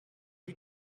did